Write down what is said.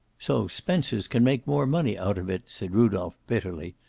so spencers can make more money out of it, said rudolph bitterly.